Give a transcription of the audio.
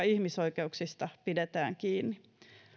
ihmisoikeuksista pidetään kiinni